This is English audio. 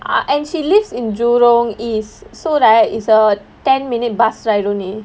err and she lives in jurong east so right is a ten minute bus ride only